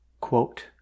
quote